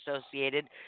associated